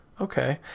Okay